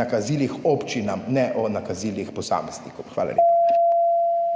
nakazilih občinam, ne o nakazilih posameznikom. Hvala lepa.